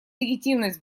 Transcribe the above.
легитимность